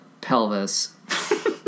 pelvis